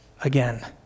again